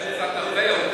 קצת הרבה יותר.